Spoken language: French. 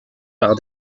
par